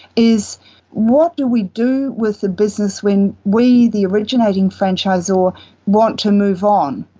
is what do we do with the business when we, the originating franchisor want to move on?